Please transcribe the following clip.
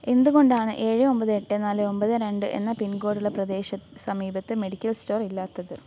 എന്തുകൊണ്ടാണ് ഏഴ് ഒമ്പത് എട്ട് നാല് ഒമ്പത് രണ്ട് എന്ന പിൻകോഡുള്ള പ്രദേശ സമീപത്ത് മെഡിക്കൽ സ്റ്റോറില്ലാത്തത്